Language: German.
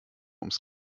ums